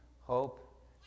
Hope